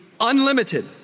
unlimited